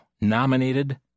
nominated